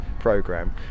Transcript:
program